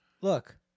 Look